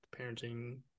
parenting